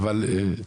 כן.